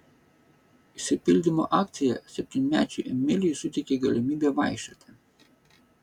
išsipildymo akcija septynmečiui emiliui suteikė galimybę vaikščioti